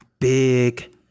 big